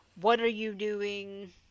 what-are-you-doing